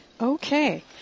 Okay